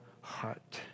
heart